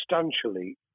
substantially